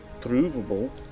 provable